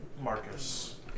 Marcus